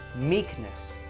meekness